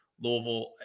Louisville